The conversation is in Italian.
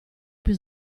più